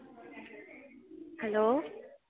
hello